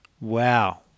Wow